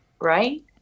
right